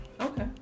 Okay